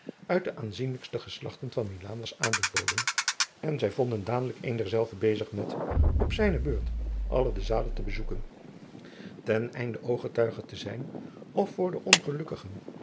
uit de aanzienlijkste geslachten van milaan was aanbevolen en zij vonden dadelijk een derzelver bezig met op zijne beurt alle de zalen te bezoeken ten einde ooggetuige te zijn of voor de ongelukkigen